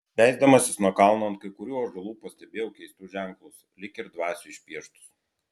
leisdamasis nuo kalno ant kai kurių ąžuolų pastebėjau keistus ženklus lyg ir dvasių išpieštus